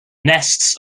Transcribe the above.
nests